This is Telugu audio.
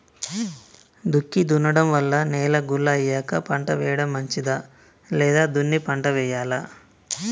దుక్కి దున్నడం వల్ల నేల గుల్ల అయ్యాక పంట వేయడం మంచిదా లేదా దున్ని పంట వెయ్యాలా?